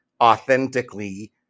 authentically